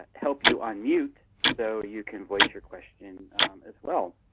help you unmute so you can voice your questions as well.